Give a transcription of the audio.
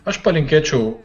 aš palinkėčiau